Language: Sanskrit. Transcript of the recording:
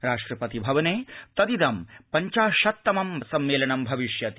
राष्ट्रपति भवने तदिदं पञ्चाशत्तमं सम्मेलनं भविष्यति